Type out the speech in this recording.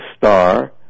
star